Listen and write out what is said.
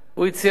הוא הציע לה,